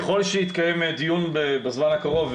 ככל שיתקיים דיון בזמן הקרוב,